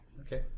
okay